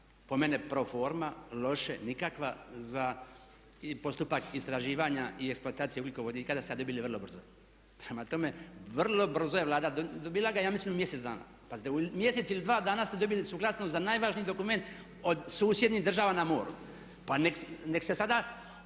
po meni pro forme, loše nikako za postupak istraživanja i eksploatacije ugljikovodika …/Govornik se ne razumije./… Prema tome, vrlo brzo je Vlada, …/Govornik se ne razumije./… ja mislim mjesec dana. Pazite u mjesec ili dva dana ste dobili suglasnost za najvažniji dokument od susjednih država na moru. Pa nek' se sada,